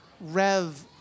Rev